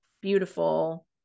Beautiful